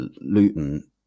Luton